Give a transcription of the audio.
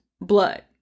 blood